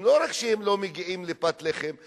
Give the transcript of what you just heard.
לא רק שלא מגיעים לפת לחם,